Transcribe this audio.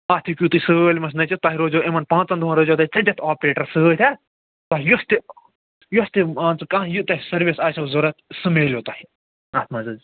اَتھ ہیٚکِو تُہۍ سٲلِمس نٔژِتھ تۄہہِ روزِو یِمن پانٛژن دۄہن روزیِو تۄہہِ آپریٹر سۭتۍ اَتھ تۄہہِ یُس تہِ یۄس تہِ مان ژٕ یہِ ٕتۄہہِ سٔروِس آسٮ۪و ضروٗرت سُہ میلوٕ تۄہہِ اَتھ منٛز حظ